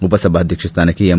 ಉಪಸಭಾಧ್ವಕ್ಷ ಸ್ಥಾನಕ್ಕ ಎಂ